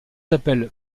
appelle